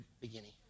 beginning